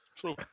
True